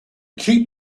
keep